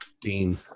Dean